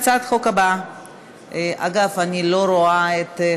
הצעת חוק ארגון הפיקוח על העבודה (תיקון,